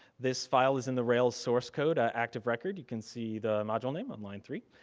this file is and the rails source-code ah active record. you can see the module name on line three.